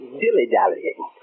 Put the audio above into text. dilly-dallying